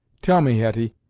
tell me, hetty,